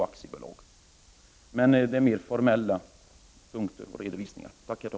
Detta är dock kommentarer som mer rör det formella.